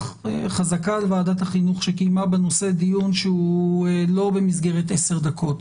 חזקה על ועדת החינוך שהיא קיימה בנושא דיון שהוא לא במסגרת עשר דקות.